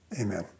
Amen